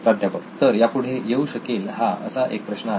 प्राध्यापक तर यापुढे येऊ शकेल हा असा एक प्रश्न आहे